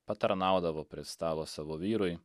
patarnaudavo prie stalo savo vyrui